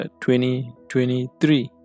2023